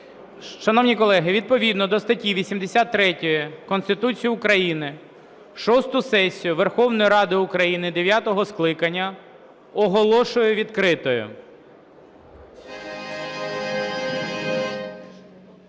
Шановні колеги, відповідно до статті 83 Конституції України шосту сесію Верховної Ради України дев'ятого скликання оголошую відкритою.